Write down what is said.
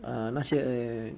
err 那些